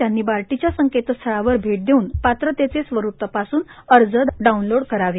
त्यांनी बार्टीच्या संकेतस्थळावर भेट देवून पात्रतेचे स्वरुप तपासून अर्ज डाऊनलोड करावे